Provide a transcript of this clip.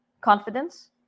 confidence